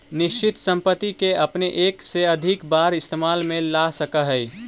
निश्चित संपत्ति के अपने एक से अधिक बार इस्तेमाल में ला सकऽ हऽ